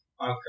Okay